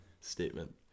statement